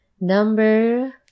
Number